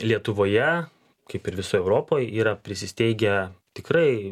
lietuvoje kaip ir visoj europoj yra prisisteigę tikrai